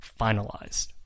finalized